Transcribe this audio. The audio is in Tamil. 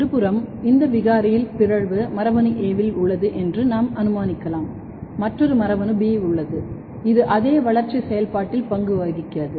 மறுபுறம் இந்த விகாரியில் பிறழ்வு மரபணு A இல் உள்ளது என்று நாம் அனுமானிக்கலாம் மற்றொரு மரபணு B உள்ளது இது அதே வளர்ச்சி செயல்பாட்டில் பங்கு வகிக்கிறது